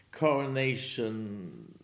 coronation